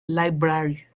library